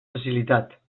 facilitat